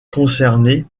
concernées